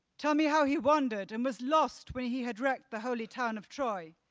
tell me how he wandered and was lost when he had wrecked the holy town of troy,